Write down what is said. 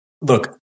Look